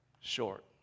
short